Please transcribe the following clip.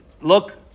look